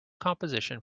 composition